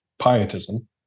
pietism